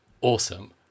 awesome